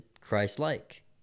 Christ-like